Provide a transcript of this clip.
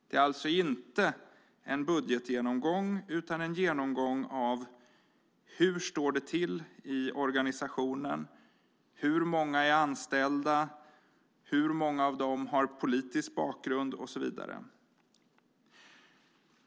Det är alltså inte en budgetgenomgång utan en genomgång av hur det står till i organisationen, hur många som är anställda, hur många av dem som har politisk bakgrund och så vidare.